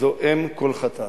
אם כל חטאת.